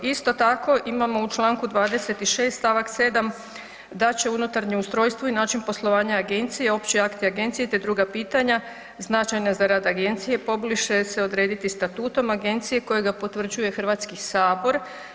Isto tako imamo u Članku 26. stavak 7. da će unutarnje ustrojstvo i način poslovanja agencije, opći akti agencije te druga pitanja značajna za rad agencije pobliže se odrediti statutom agencije kojega potvrđuje Hrvatski sabor.